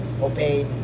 obeyed